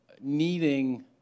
needing